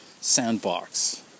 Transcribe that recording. sandbox